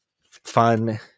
fun